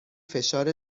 فشار